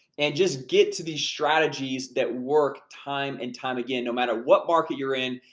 and just get to these strategies that work time and time again, no matter what market you're in,